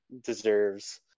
deserves